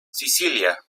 sicilia